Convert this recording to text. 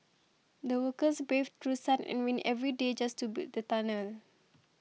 the workers braved through sun and rain every day just to build the tunnel